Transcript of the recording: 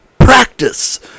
Practice